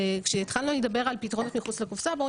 כשהתחלנו לדבר על פתרונות מחוץ לקופסה בואו